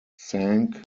cinq